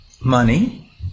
money